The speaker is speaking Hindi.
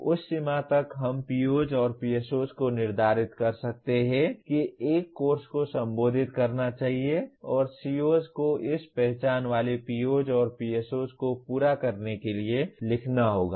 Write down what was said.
तो उस सीमा तक हम POs और PSOs को निर्धारित कर सकते हैं कि एक कोर्स को संबोधित करना चाहिए और COs को इस पहचान वाले POs और PSOs को पूरा करने के लिए लिखना होगा